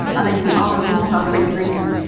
ah they see all the rules, all the regulations.